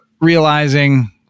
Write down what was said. realizing